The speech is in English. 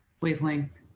wavelength